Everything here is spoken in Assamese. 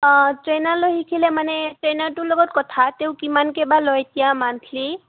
অঁ ট্ৰেইনাৰ লৈ শিকিলে মানে ট্ৰেইনাৰটোৰ লগত কথা তেওঁ কিমানকৈ বা লয় এতিয়া মান্থলি